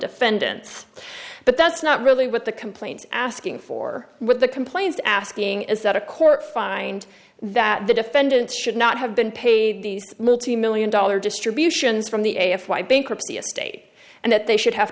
defendants but that's not really what the complaint asking for what the complaint asking is that a court find that the defendant should not have been paid these multimillion dollar distributions from the a f why bankruptcy estate and that they should have